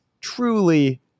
truly